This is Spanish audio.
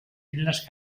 islas